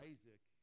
Isaac